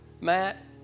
Matt